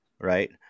right